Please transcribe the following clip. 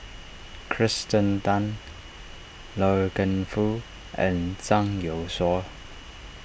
Kirsten Tan Loy Keng Foo and Zhang Youshuo